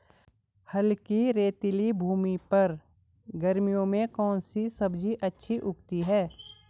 हल्की रेतीली भूमि पर गर्मियों में कौन सी सब्जी अच्छी उगती है?